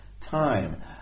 time